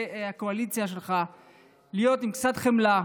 הקואליציה שלך להיות עם קצת חמלה,